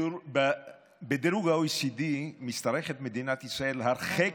בדירוג ה-OECD משתרכת מדינת ישראל הרחק